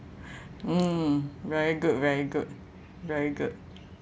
mm very good very good very good